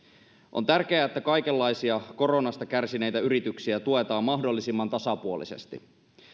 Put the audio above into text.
on tärkeää että kaikenlaisia koronasta kärsineitä yrityksiä tuetaan mahdollisimman tasapuolisesti